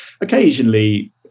Occasionally